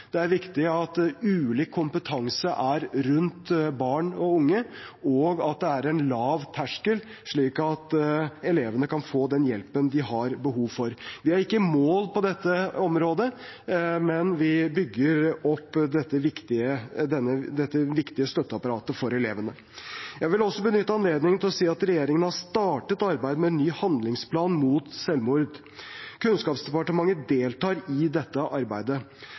Det er viktig at ulik kompetanse er rundt barn og unge, og at det er en lav terskel, slik at elevene kan få den hjelpen de har behov for. Vi er ikke i mål på dette området, men vi bygger opp dette viktige støtteapparatet for elevene. Jeg vil også benytte anledningen til å si at regjeringen har startet arbeidet med en ny handlingsplan mot selvmord. Kunnskapsdepartementet deltar i dette arbeidet.